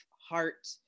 heart